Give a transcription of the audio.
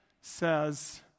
says